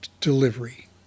delivery